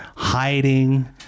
hiding